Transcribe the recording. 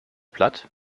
platt